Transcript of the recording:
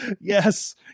Yes